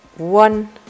One